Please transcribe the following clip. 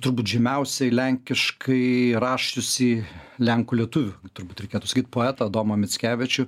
turbūt žymiausiai lenkiškai rašiusį lenkų lietuvių turbūt reikėtų sakyt poetą adomą mickevičių